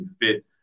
fit